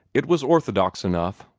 it was orthodox enough,